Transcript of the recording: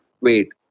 wait